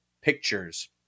Pictures